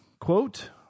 quote